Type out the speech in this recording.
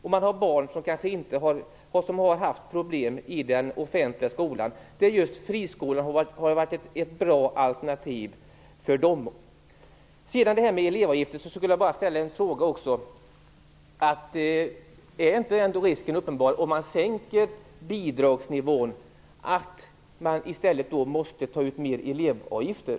De har barn som har haft problem i den offentliga skolan. För de barnen har friskolorna varit ett bra alternativ. När det gäller elevavgifterna skulle jag vilja ställa en fråga. Om man sänker bidragsnivån finns väl en uppenbar risk att man måste ta ut högre elevavgifter?